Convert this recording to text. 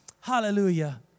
Hallelujah